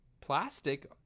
plastic